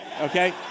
Okay